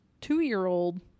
two-year-old